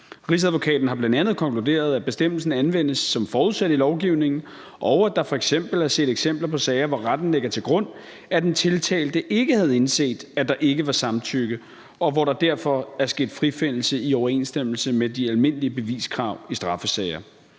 Rigsadvokaten har bl.a. konkluderet, at bestemmelsen anvendes som forudsat i lovgivningen, og at der f.eks. er set eksempler på sager, hvor retten lægger til grund, at den tiltalte ikke havde indset, at der ikke var samtykke, og hvor der derfor er sket frifindelse i overensstemmelse med de almindelige beviskrav i straffesager.